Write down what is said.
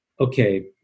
okay